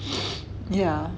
yeah